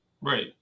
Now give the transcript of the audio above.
Right